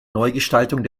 neugestaltung